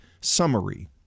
summary